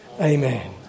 Amen